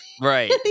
right